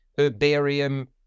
herbarium